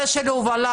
לגבי הובלה